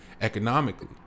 Economically